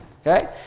Okay